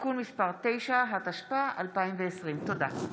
(תיקון מס' 9), התשפ"א 2020. תודה.